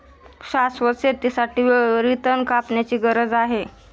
शाश्वत शेतीसाठी वेळोवेळी तण कापण्याची गरज आहे